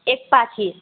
एक पाथी